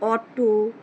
auto